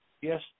Yes